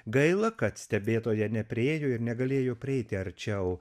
gaila kad stebėtoja nepriėjo ir negalėjo prieiti arčiau